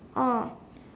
oh